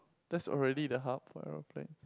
that's already the hub for aeroplanes